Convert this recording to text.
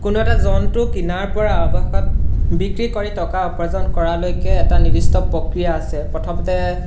কোনো এটা জন্তু কিনাৰপৰা আৱশেষত বিক্ৰী কৰি টকা উপাৰ্জন কৰালৈকে এটা নিৰ্দিষ্ট প্ৰক্ৰিয়া আছে প্ৰথমতে